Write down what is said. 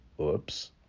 Oops